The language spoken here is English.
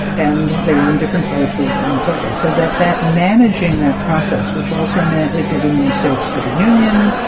and they were in different places and so forth. so that that managing that process, which also meant admitting new states to the union,